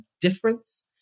difference